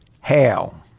Hail